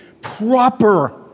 proper